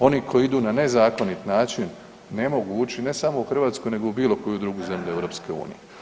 Oni koji idu na nezakonit način ne mogu ući ne samo u Hrvatsku nego u bilo koju drugu zemlju EU.